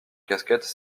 casquettes